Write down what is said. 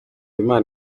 imana